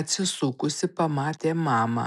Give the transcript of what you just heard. atsisukusi pamatė mamą